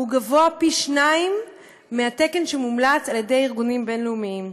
הוא גבוה פי-שניים מהתקן שמומלץ על-ידי ארגונים בין-לאומיים,